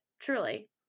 Truly